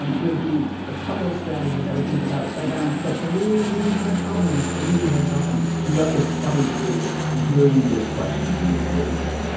um would be a couple of strategies i would think about around what's a really, really hard problem a really hard problem you know, it's funny hearing this question from this listener.